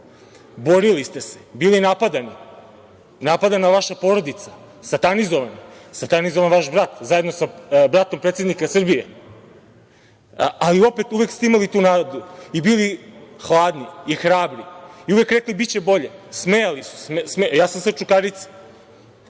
Borili ste se, bili napadani, napadana je vaša porodica, satanizovana, satanizovan vaš brat, zajedno sa bratom predsednika Srbije, ali opet uvek ste imali tu nadu, bili hladni i hrabri i uvek rekli – biće bolje. Smejali su se. Ja sam sa Čukarice.